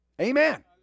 Amen